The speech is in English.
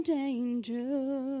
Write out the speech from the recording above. danger